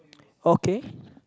okay